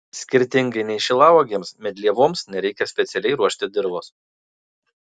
skirtingai nei šilauogėms medlievoms nereikia specialiai ruošti dirvos